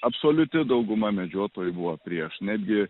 absoliuti dauguma medžiotojų buvo prieš netgi